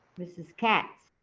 ms. katz?